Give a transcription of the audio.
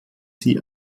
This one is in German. sie